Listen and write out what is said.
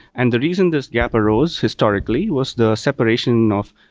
and the reason this gap arose historically was the separation of,